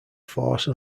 force